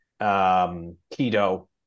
keto